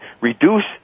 reduce